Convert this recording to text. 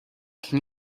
can